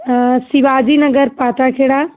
Sivaji Nagar Patharkheda